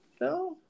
No